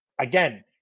again